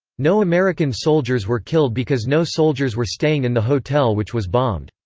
no american soldiers were killed because no soldiers were staying in the hotel which was bombed.